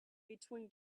between